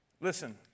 Listen